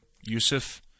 Yusuf